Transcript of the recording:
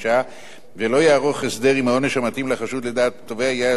ולא יערוך הסדר אם העונש המתאים לחשוד לדעת התובע יהיה מאסר בפועל.